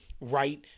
right